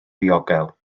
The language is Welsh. ddiogel